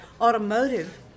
automotive